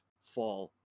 fall